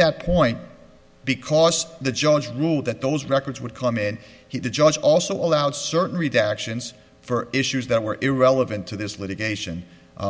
that point because the judge ruled that those records would come in he did judge also allowed certainly the actions for issues that were irrelevant to this litigation